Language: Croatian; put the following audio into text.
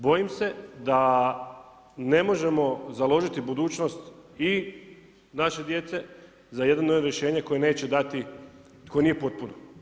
Bojim se da ne možemo založiti budućnost i naše djece za jedno … rješenje koje neće dati, koje nije potpuno.